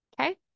Okay